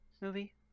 movie